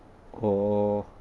oh